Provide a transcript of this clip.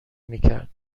میکر